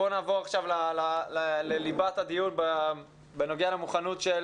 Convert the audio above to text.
בואו נעבור עכשיו לליבת הדיון בנוגע למוכנות של